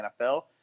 NFL